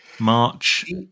March